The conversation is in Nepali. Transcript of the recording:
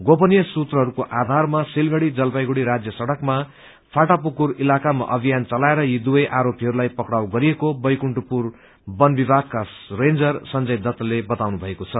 गोपनीय सूत्रहरूको आधारमा सिलगढ़ी जलपाइगढ़ी राज्य सड़कमा फाटापुकुर इलाकामा अभियान चलाएर यी दुवै आरोपीहरूलाई पक्राउ गरिएको बैकुण्ठपुर वन विभागका रेन्जर संजय दत्तले बताउनुभएको छ